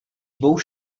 dvou